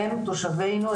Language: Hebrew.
הם תושבינו,